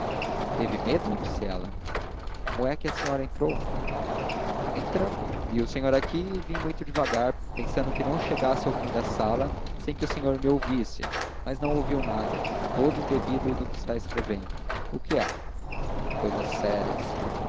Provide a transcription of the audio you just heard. teve medo disse ela como é que a senhora entrou entrando vi o senhor aqui e vim muito devagar pensando que não chegasse ao fim da sala sem que o senhor me ouvisse mas não ouvi nada todo embebido no que está escrevendo o que é cousas sérias